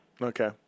Okay